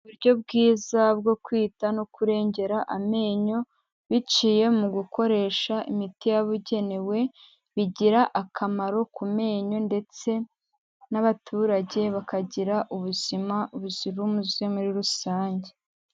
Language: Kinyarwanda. Uburyo bwiza bwo kwita no kurengera amenyo biciye mu gukoresha imiti yabugenewe, bigira akamaro ku menyo ndetse n'abaturage bakagira ubuzima buzira umuze muri rusange.